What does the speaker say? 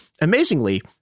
Amazingly